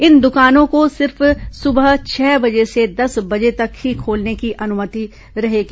इन दुकानों को सिर्फ सुबह छह बजे से दस बजे तक ही खोलने की अनुमति रहेगी